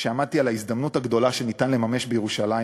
כשעמדתי על ההזדמנות הגדולה שניתן לממש בירושלים,